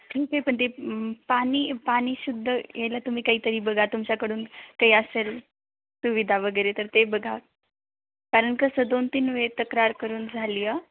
ठीक आहे पण ते पाणी पाणी शुद्ध याला तुम्ही काहीतरी बघा तुमच्याकडून काही असेल सुविधा वगैरे तर ते बघा कारण कसं दोन तीन वेळ तक्रार करून झाली आहे